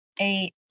eight